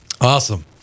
Awesome